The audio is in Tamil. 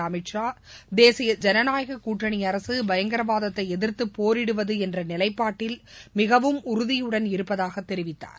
அமித் ஷா தேசிய ஜனநாயகக் கூட்டணி அரசு பயங்கரவாதத்தை எதிர்த்து போரிடுவது என்ற நிலைப்பாட்டில் மிகவும் உறுதியுடன் இருப்பதாக தெரிவித்தார்